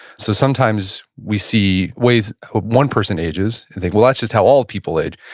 so sometimes we see ways one person ages and think, well that's just how all people age.